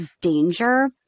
danger